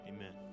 Amen